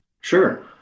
Sure